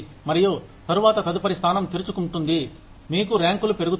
మరియు తరువాత తదుపరి స్థానం తెరుచుకుంటుంది మీకు ర్యాంకులు పెరుగుతారు